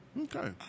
Okay